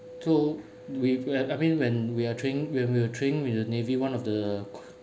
so with I I I mean when we are training when we're training with the navy one of the